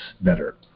better